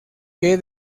que